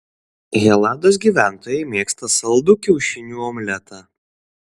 helados gyventojai mėgsta saldų kiaušinių omletą